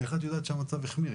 איך את יודעת שהמצב החמיר?